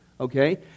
Okay